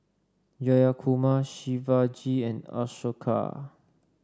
Jayakumar Shivaji and Ashoka